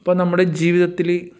അപ്പോൾ നമ്മുടെ ജീവിതത്തിൽ